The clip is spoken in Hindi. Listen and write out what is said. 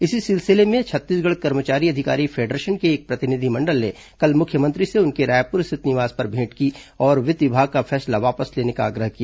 इसी सिलसिले में छत्तीसगढ़ कर्मचारी अधिकारी फेडरेशन के एक प्रतिनिधिमंडल ने कल मुख्यमंत्री से उनके रायपुर स्थित निवास पर भेंट की और वित्त विभाग का फैसला वापस लेने का आग्रह किया